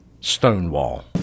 Stonewall